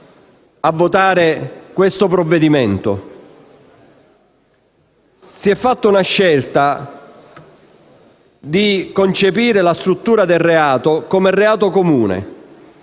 a votare questo provvedimento. Si è fatta la scelta di concepire la struttura del reato come reato comune.